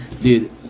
Dude